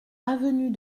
avenue